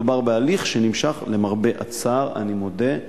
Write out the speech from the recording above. מדובר בהליך שנמשך, למרבה הצער, אני מודה,